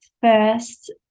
first